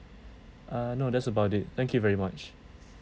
uh no that's about it thank you very much